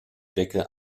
decke